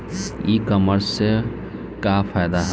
ई कामर्स से का फायदा ह?